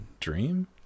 dream